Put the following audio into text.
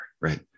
right